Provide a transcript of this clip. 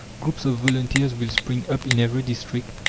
groups of volunteers will spring up in every district,